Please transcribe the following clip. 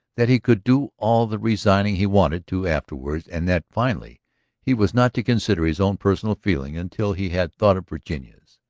that he could do all the resigning he wanted to afterward, and that finally he was not to consider his own personal feelings until he had thought of virginia's,